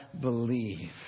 believe